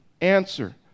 answer